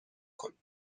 کنید